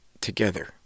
together